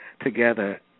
together